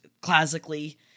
classically